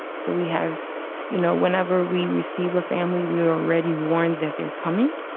so we have you know, whenever we receive a family, we were already warned that they're coming.